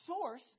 source